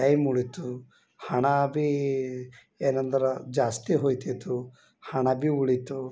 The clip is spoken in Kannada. ಟೈಮ್ ಉಳೀತು ಹಣ ಭಿ ಏನಂದ್ರೆ ಜಾಸ್ತಿ ಹೋಗ್ತಿತ್ತು ಹಣ ಭಿ ಉಳೀತು